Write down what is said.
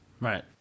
Right